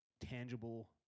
Tangible